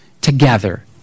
together